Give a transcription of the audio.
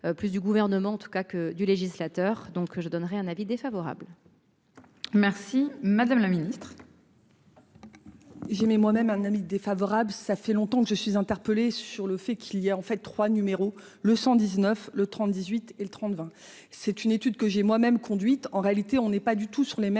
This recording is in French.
plus du gouvernement, en tout cas que du législateur donc je donnerai un avis défavorable. Merci madame la ministre. J'ai moi même un ami défavorable, ça fait longtemps que je suis interpellé sur le fait qu'il y a en fait trois numéro le 119 le 30 18 et le 30 20 c'est une étude que j'ai moi même conduite en réalité on n'est pas du tout sur les mêmes